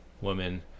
woman